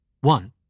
One